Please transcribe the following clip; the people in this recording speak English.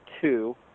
two